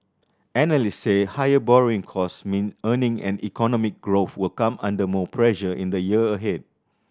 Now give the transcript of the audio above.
analysts say higher borrowing costs mean earning and economic growth will come under more pressure in the year ahead